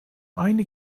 aynı